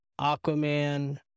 Aquaman